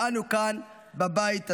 ואנו כאן, בבית הזה.